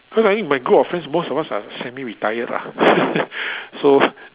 cause I think my group of friends most of us are semi retired lah so